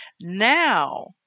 Now